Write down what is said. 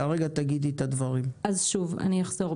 אחזור,